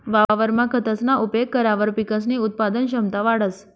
वावरमा खतसना उपेग करावर पिकसनी उत्पादन क्षमता वाढंस